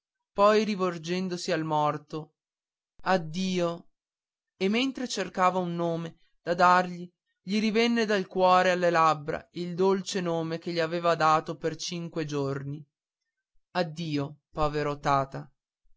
poi rivolgendosi al morto addio e mentre cercava un nome da dargli gli rivenne dal cuore alle labbra il dolce nome che gli aveva dato per cinque giorni addio povero tata